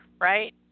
right